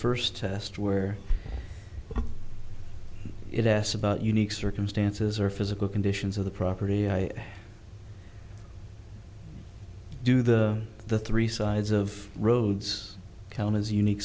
first test where it s about unique circumstances or physical conditions of the property i do the the three sides of roads count as unique